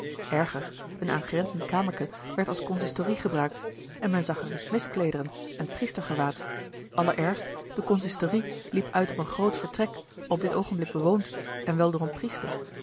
erger een aangrenzend kamerken werd als consistorie gebruikt en men zag er miskleederen en priestergewaad allerergst de consistorie liep uit op een groot vertrek op dit oogenblik bewoond en wel door een priester